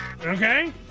Okay